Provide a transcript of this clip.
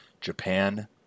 Japan